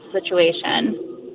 situation